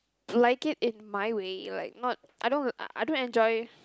like it in my way like not I don't I don't enjoy